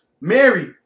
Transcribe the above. Mary